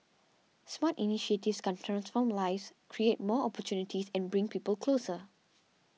smart initiatives can transform lives create more opportunities and bring people closer